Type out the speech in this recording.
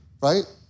right